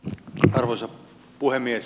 arvoisa puhemies